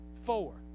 Four